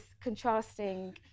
contrasting